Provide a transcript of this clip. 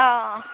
অঁ